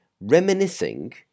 reminiscing